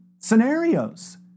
scenarios